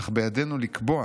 אך בידנו לקבוע